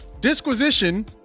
disquisition